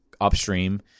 upstream